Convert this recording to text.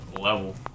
level